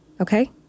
Okay